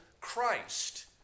Christ